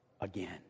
again